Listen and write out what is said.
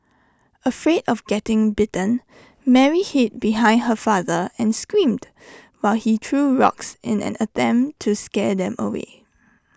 afraid of getting bitten Mary hid behind her father and screamed while he threw rocks in an attempt to scare them away